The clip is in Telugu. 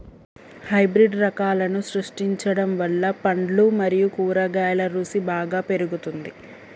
హైబ్రిడ్ రకాలను సృష్టించడం వల్ల పండ్లు మరియు కూరగాయల రుసి బాగా పెరుగుతుంది